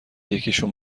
یکیشون